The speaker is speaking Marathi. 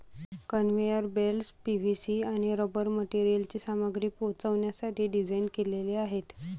कन्व्हेयर बेल्ट्स पी.व्ही.सी आणि रबर मटेरियलची सामग्री पोहोचवण्यासाठी डिझाइन केलेले आहेत